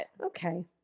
Okay